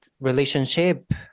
relationship